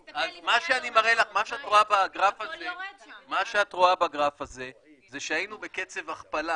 תסתכל --- מה שאת רואה בגרף הזה זה שהיינו בקצב הכפלה